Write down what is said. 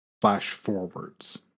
flash-forwards